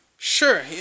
Sure